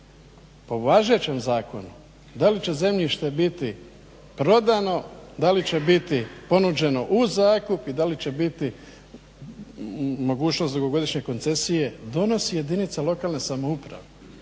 po važećem zakonu da li će zemljište biti prodano da li će biti ponuđeno u zakup i da li će biti mogućnost dugogodišnje koncesije donosi jedinica lokalne samouprave.